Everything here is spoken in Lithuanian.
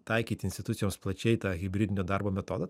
taikyti institucijoms plačiai tą hibridinio darbo metodą